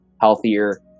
healthier